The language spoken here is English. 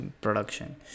production